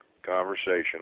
conversation